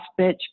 bitch